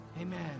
Amen